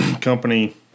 company